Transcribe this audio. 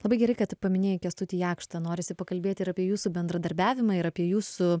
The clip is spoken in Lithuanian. labai gerai kad tu paminėjai kęstutį jakštą norisi pakalbėti ir apie jūsų bendradarbiavimą ir apie jūsų